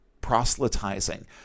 proselytizing